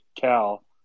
Cal